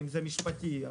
משפטים,